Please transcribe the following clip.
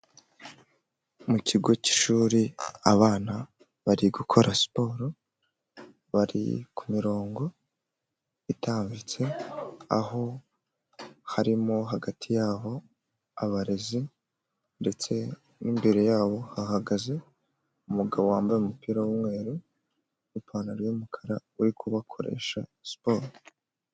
Mu kigo cy'ishuri abana bari gukora siporo bari kumirongo itambitse aho harimo hagati yaho abarezi ndetse n'imbere yabo hahagaze umugabo wambaye umupira w'umweru n'ipantaro y'umukara uri kubakoresha siporo.